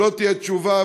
לא תהיה תשובה,